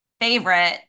favorite